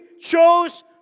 chose